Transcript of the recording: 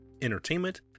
entertainment